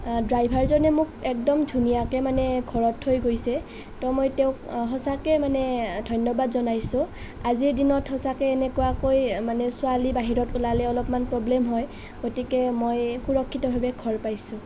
ড্ৰাইভাৰজনে মোক একদম ধুনীয়াকৈ মানে ঘৰত থৈ গৈছে ত' মই তেওঁক সঁচাকৈ মানে ধন্যবাদ জনাইছোঁ আজিৰ দিনত সঁচাকৈ এনেকুৱাকৈ মানে ছোৱালী বাহিৰত ওলালে অলপমান প্ৰব্লেম হয় গতিকে মই সুৰক্ষিতভাৱে ঘৰ পাইছোঁ